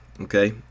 okay